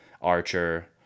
Archer